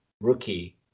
rookie